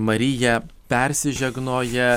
mariją persižegnoja